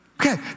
Okay